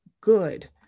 good